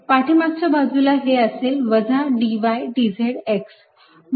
पाठीमागच्या बाजूला हे असेल वजा dy dz x